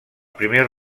primers